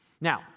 Now